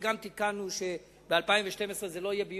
תיקנו גם שב-2012 זה לא יהיה ביולי,